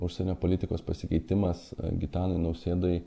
užsienio politikos pasikeitimas gitanui nausėdai